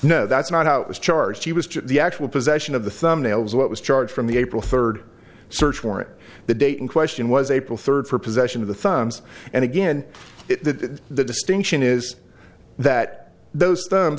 no that's not how it was charged she was the actual possession of the thumbnail is what was charged from the april third search warrant the date in question was april third for possession of the thumbs and again that the distinction is that those